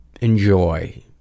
enjoy